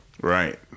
Right